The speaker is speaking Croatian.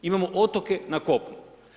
Imamo otoke na kopnu.